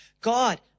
God